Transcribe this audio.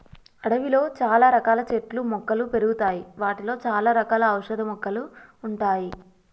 అడవిలో చాల రకాల చెట్లు మొక్కలు పెరుగుతాయి వాటిలో చాల రకాల ఔషధ మొక్కలు ఉంటాయి